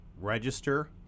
register